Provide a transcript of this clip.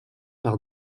par